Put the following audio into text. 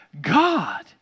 God